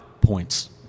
points